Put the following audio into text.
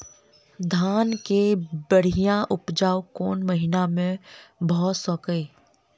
धान केँ बढ़िया उपजाउ कोण महीना मे भऽ सकैय?